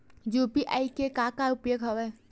UPI के का उपयोग हवय?